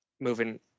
moving